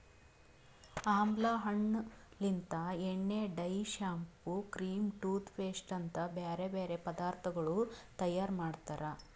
ಆಮ್ಲಾ ಹಣ್ಣ ಲಿಂತ್ ಎಣ್ಣೆ, dye, shampoo, cream, toothpaste ಅಂತ್ ಬ್ಯಾರೆ ಬ್ಯಾರೆ ಪದಾರ್ಥಗೊಳ್ ತೈಯಾರ್ ಮಾಡ್ತಾರ್